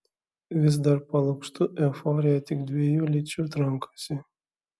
vis dar po lukštu euforija tik dviejų lyčių trankosi